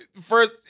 first